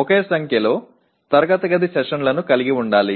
ఒకే సంఖ్యలో తరగతి గది సెషన్లను కలిగి ఉండాలి